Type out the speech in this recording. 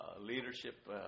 leadership